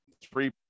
three